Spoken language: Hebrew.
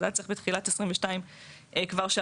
והיה צריך שהוועדה תתכנס כבר בתחילת 2022. בעצם,